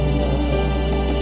love